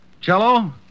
Cello